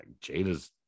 jada's